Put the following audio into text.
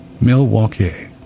Milwaukee